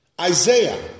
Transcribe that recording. Isaiah